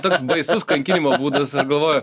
toks baisus kankinimo būdas aš galvoju